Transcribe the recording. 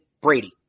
Brady